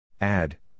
Add